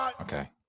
Okay